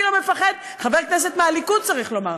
אני לא מפחד, חבר כנסת מהליכוד, צריך לומר.